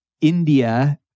India